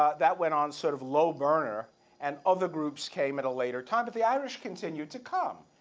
ah that went on sort of low burner and other groups came at a later time. but the irish continued to come.